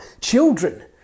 children